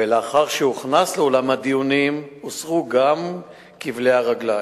ולאחר שהוכנס לאולם הדיונים הוסרו גם כבלי הרגליים.